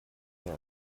mehr